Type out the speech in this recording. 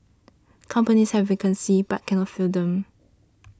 companies have vacancies but cannot fill them